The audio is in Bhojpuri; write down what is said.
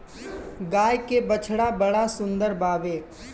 गाय के बछड़ा बड़ा सुंदर बावे